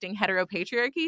heteropatriarchy